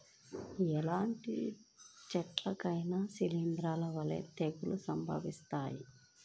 ఎలాంటి చెట్లకైనా శిలీంధ్రాల వల్ల తెగుళ్ళు సంభవిస్తాయి